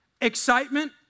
Excitement